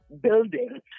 building